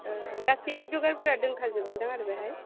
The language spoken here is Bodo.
गासैबो जगारफोरा दंखाजोबोदां आरो बेहाय